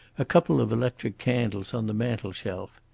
a couple of electric candles on the mantel-shelf.